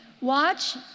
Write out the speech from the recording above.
watch